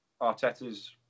Arteta's